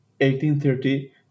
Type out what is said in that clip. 1830